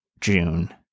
June